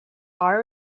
hour